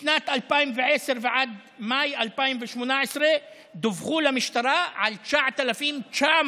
משנת 2010 ועד מאי 2018 דווח למשטרה על 9,900